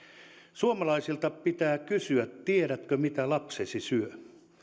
suomalaisilta pitää kysyä tiedätkö mitä lapsesi syö